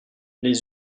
les